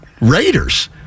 Raiders